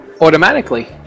Automatically